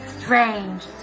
strange